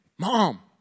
Mom